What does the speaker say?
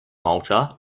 malta